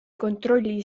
kontrolli